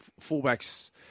fullbacks